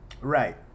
Right